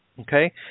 Okay